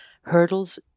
hurdles